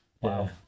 Wow